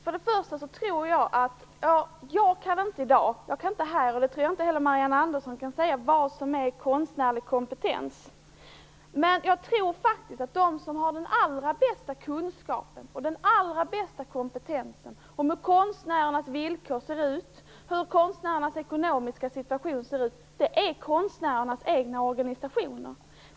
Herr talman! Jag kan inte i dag - och jag tror inte att Marianne Andersson kan det heller - säga vad som är konstnärlig kompetens. Men jag tror faktiskt att de som har den allra bästa kompetensen och den allra bästa kunskapen om hur konstnärernas villkor och ekonomiska situation ser ut är konstnärernas egna organisationer.